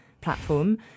platform